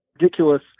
ridiculous